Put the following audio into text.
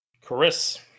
Chris